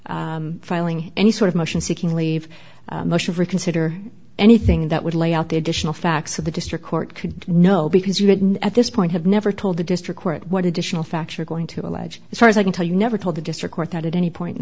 consider filing any sort of motion seeking leave motion reconsider anything that would lay out the additional facts of the district court could know because you didn't at this point have never told the district court what additional facts you're going to allege as far as i can tell you never told the district court that at any point in